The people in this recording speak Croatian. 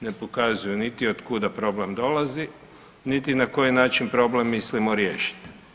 Ne pokazuju niti od kuda problem dolazi, niti na koji način problem mislimo riješiti.